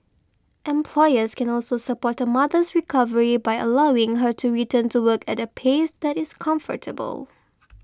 employers can also support a mother's recovery by allowing her to return to work at a pace that is comfortable